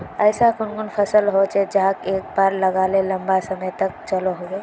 ऐसा कुन कुन फसल होचे जहाक एक बार लगाले लंबा समय तक चलो होबे?